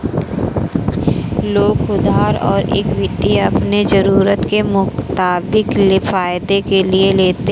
लोग उधार और इक्विटी अपनी ज़रूरत के मुताबिक फायदे के लिए लेते है